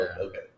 Okay